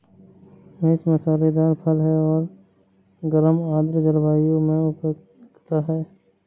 मिर्च मसालेदार फल है और गर्म आर्द्र जलवायु में उगता है